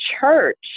church